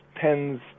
tens